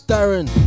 Darren